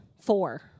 four